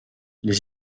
les